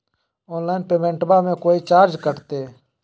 Online पेमेंटबां मे कोइ चार्ज कटते?